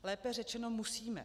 Lépe řečeno musíme.